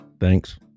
Thanks